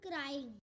crying